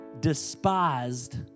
despised